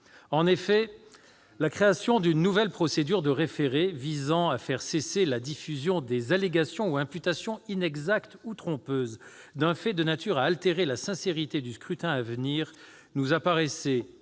En effet, la création d'une nouvelle procédure de référé, visant à faire cesser la diffusion « des allégations ou imputations inexactes ou trompeuses d'un fait de nature à altérer la sincérité du scrutin à venir », nous paraissait